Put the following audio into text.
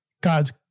God's